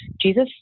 Jesus